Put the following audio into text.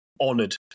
honored